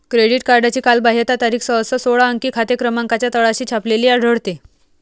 credit कार्डची कालबाह्यता तारीख सहसा सोळा अंकी खाते क्रमांकाच्या तळाशी छापलेली आढळते